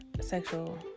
sexual